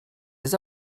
les